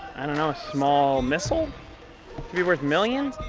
i don't know. a small missile? could be worth millions.